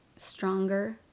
Stronger